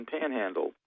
Panhandle